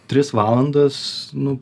tris valandas nu